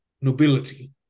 nobility